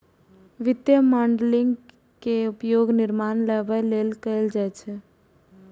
वित्तीय मॉडलिंग के उपयोग निर्णय लेबाक लेल कैल जाइ छै